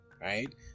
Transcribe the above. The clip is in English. right